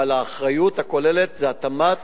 אבל האחריות הכוללת היא של התמ"ת.